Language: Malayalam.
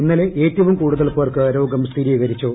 ഇന്നലെ ഏറ്റവും ക്ലൂട്ടുതൽ പേർക്ക് രോഗം സ്ഥിരീകരിച്ചു